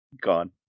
gone